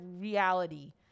reality